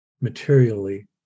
materially